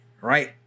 right